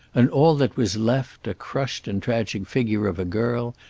and all that was left a crushed and tragic figure of a girl,